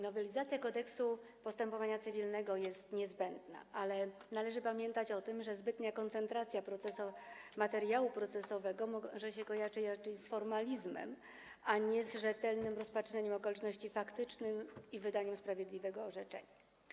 Nowelizacja Kodeksu postępowania cywilnego jest niezbędna, ale należy pamiętać o tym, że zbytnia koncentracja materiału procesowego może się kojarzyć raczej z formalizmem, a nie z rzetelnym rozpatrywaniem faktycznych okoliczności i wydaniem sprawiedliwego orzeczenia.